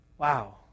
Wow